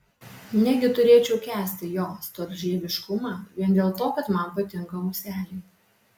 negi turėčiau kęsti jo storžieviškumą vien dėl to kad man patinka ūseliai